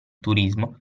turismo